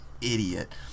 idiot